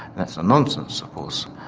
that's a nonsense of course.